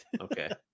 Okay